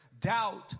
doubt